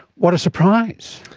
what a surprise.